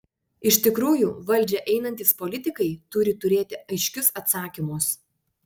iš tikrųjų valdžią einantys politikai turi turėti aiškius atsakymus